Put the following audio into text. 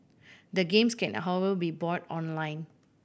the games can however be bought online